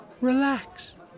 Relax